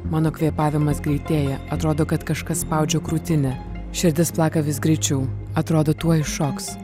mano kvėpavimas greitėja atrodo kad kažkas spaudžia krūtinę širdis plaka vis greičiau atrodo tuoj iššoks